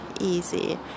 easy